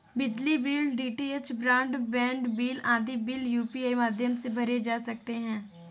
बिजली bill, DTH broadband bill आदि bill UPI माध्यम से भरे जा सकते हैं